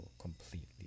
completely